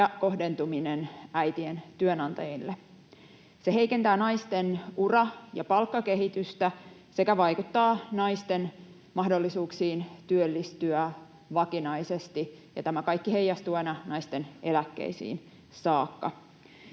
ja kohdentuminen äitien työnantajille. Se heikentää naisten ura- ja palkkakehitystä sekä vaikuttaa naisten mahdollisuuksiin työllistyä vakinaisesti, ja tämä kaikki heijastuu aina naisten eläkkeisiin saakka.